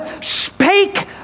spake